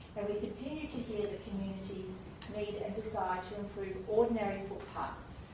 and we continue to hear the community's need and decide to improve ordinary footpaths.